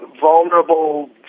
vulnerable